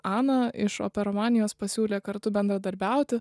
ana iš operomanijos pasiūlė kartu bendradarbiauti